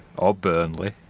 or burnley.